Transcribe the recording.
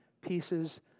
pieces